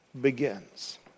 begins